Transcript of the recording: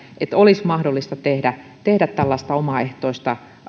että olisi mahdollista tehdä tehdä tällaista omaehtoista